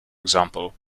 example